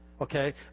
Okay